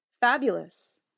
fabulous